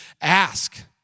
ask